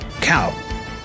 cow